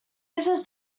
uses